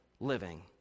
living